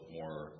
more